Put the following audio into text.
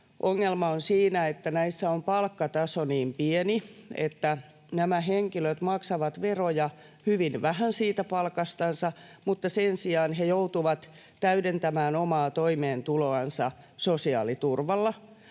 ongelma on siinä, että näissä on palkkataso niin pieni, että nämä henkilöt maksavat veroja hyvin vähän siitä palkastansa mutta joutuvat täydentämään omaa toimeentuloansa sosiaaliturvalla,